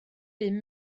bum